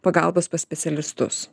pagalbos pas specialistus